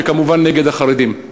שהן כמובן נגד החרדים.